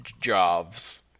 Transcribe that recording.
Jobs